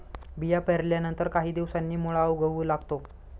बिया पेरल्यानंतर काही दिवसांनी मुळा उगवू लागतो